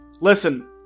Listen